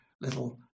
little